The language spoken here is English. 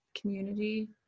community